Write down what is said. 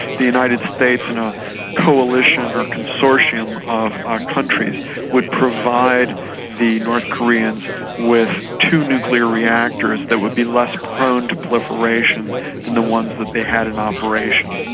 the united states and a coalition or consortium of our countries would provide the north koreans with two nuclear reactors that would be less prone to proliferation than the ones that they had in operation.